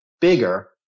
bigger